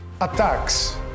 attacks